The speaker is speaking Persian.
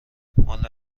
ماله